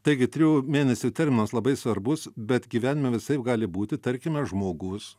taigi trijų mėnesių terminas labai svarbus bet gyvenime visaip gali būti tarkime žmogus